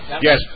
Yes